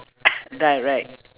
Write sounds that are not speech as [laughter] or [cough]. [coughs] direct